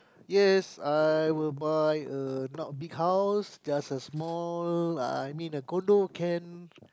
yes I will buy a not big house just a small I mean a condo can